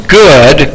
good